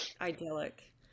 idyllic